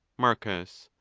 marcus.